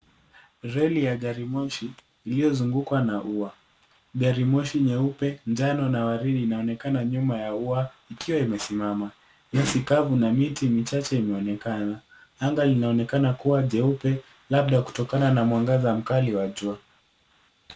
Reli ya gari moshi iliyozungukwa na ua. Gari moshi nyeupe, njano na waridi inaonekana nyuma ya ua ikiwa imesimama. Nyasi kavu na miti michache imeonekana. Anga linaonekana kuwa jeupe labda kutokana na mwangaza mkali wa jua.